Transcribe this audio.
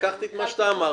לקחתי את מה שאמרת.